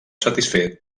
satisfer